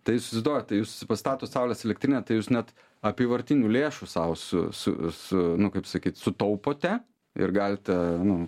tai jūs įsivaizduojat tai jūs pastatot saulės elektrinę tai jūs net apyvartinių lėšų sau su su su nu kaip sakyt sutaupote ir galite nu